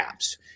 apps